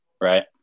right